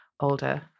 older